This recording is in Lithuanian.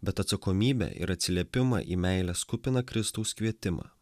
bet atsakomybę ir atsiliepimą į meilės kupiną kristaus kvietimą